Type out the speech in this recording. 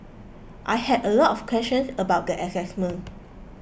I had a lot of questions about the assignment